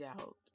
out